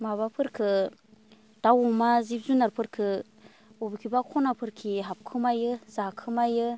माबाफोरखौ दाउ अमा जिब जुनारफोरखौ बबेखिबा खनाफोरखि हाबखोमायो जाखोमायो